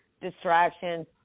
distractions